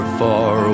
far